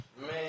Man